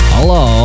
Hello